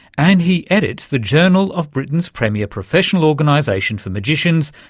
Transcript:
and he edits the journal of britain's premier professional organisation for magicians,